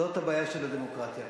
זאת הבעיה של הדמוקרטיה.